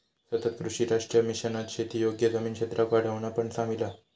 सतत कृषी राष्ट्रीय मिशनात शेती योग्य जमीन क्षेत्राक वाढवणा पण सामिल हा